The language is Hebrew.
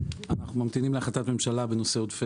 אנחנו ממתינים להחלטת ממשלה בנושא עודפי